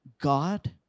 God